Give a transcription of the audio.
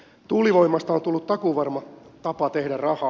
tuulivoimasta on tullut takuuvarma tapa tehdä rahaa